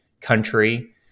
country